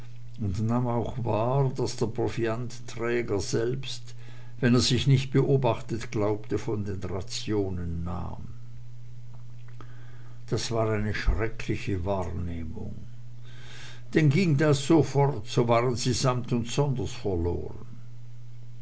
und nahm auch wahr daß der proviantträger selbst wenn er sich nicht beobachtet glaubte von den rationen nahm das war eine schreckliche wahrnehmung denn ging es so fort so waren sie samt und sonders verloren